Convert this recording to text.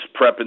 prepping